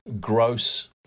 gross